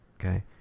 okay